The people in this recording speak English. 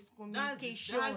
communication